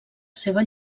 seva